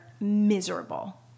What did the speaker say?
miserable